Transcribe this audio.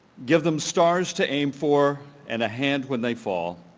give them stars to aim for and a hand when they fall,